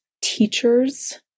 teachers